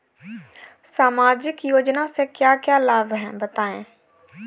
सामाजिक योजना से क्या क्या लाभ हैं बताएँ?